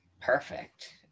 perfect